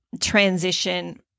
transition